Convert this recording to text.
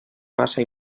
massa